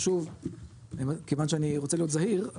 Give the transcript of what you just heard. אבל שוב כיוון שאני רוצה להיות זהיר,